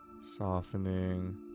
softening